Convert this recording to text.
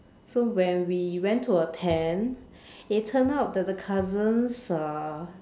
so when we went to attend it turn out that the cousin's uh